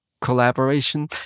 collaboration